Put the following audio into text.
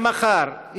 יהיה מחר,